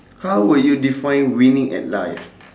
how will you define winning at life